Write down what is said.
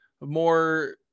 more